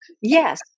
yes